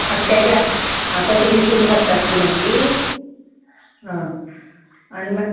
आं तेज्या आं तशें विंचून काडटात ती मागीर आं आनी मा